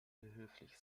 behilflich